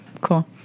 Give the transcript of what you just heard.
cool